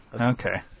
Okay